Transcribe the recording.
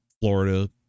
Florida